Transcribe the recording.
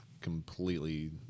completely